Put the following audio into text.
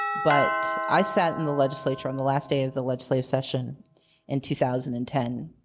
but i sat in the legislature on the last day of the legislative session in two thousand and ten.